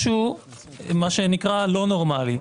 זה משהו שנקרא לא נורמלי.